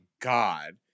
god